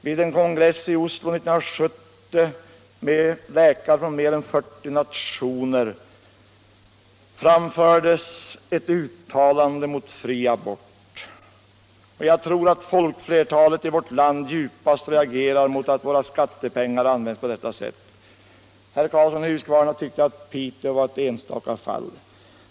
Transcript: Vid en kongress i Oslo 1970 med läkare från mer än 40 nationer framfördes ett uttalande mot fri abort. Jag tror att folkflertalet i vårt land djupast reagerar mot att våra skattepengar används på detta sätt. Herr Karlsson i Huskvarna tyckte att Piteå var ett enstaka fall.